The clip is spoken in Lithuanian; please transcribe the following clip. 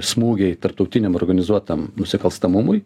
smūgiai tarptautiniam organizuotam nusikalstamumui